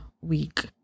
week